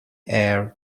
air